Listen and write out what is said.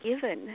given